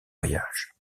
voyages